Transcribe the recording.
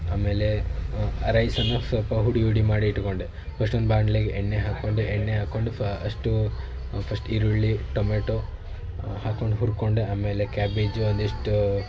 ಆಮೇಲೆ ಆ ರೈಸನ್ನು ಸ್ವಲ್ಪ ಹುಡಿ ಹುಡಿ ಮಾಡಿ ಇಟ್ಕೊಂಡೆ ಫಸ್ಟ್ ಒಂದು ಬಾಣಲೆಗೆ ಎಣ್ಣೆ ಹಾಕೊಂಡೆ ಎಣ್ಣೆ ಹಾಕೊಂಡು ಫಸ್ಟು ಫಸ್ಟ್ ಈರುಳ್ಳಿ ಟೊಮೆಟೊ ಹಾಕೊಂಡು ಹುರ್ಕೊಂಡೆ ಆಮೇಲೆ ಕ್ಯಾಬೇಜು ನೆಕ್ಸ್ಟು